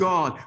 God